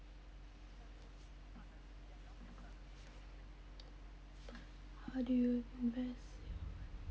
how do you invest